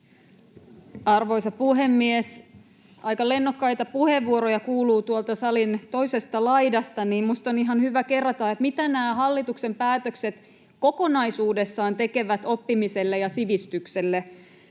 Arvoisa puhemies! Aika lennokkaita puheenvuoroja kuuluu tuolta salin toisesta laidasta, niin että minusta on ihan hyvä kerrata, mitä nämä hallituksen päätökset kokonaisuudessaan tekevät oppimiselle ja sivistykselle.